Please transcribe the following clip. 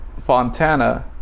Fontana